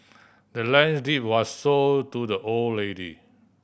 the land's deed was sold to the old lady